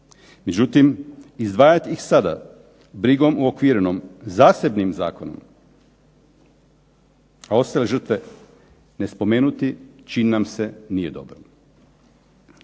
Međutim, izdvajati ih sada brigom uokvirenom zasebnim zakonom, a ostale žrtve ne spomenuti čini nam se nije dobro.